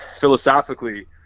philosophically